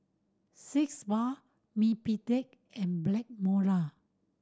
six Bath Mepilex and Blackmore La